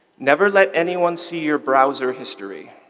never let anyone see your browser history.